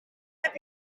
heb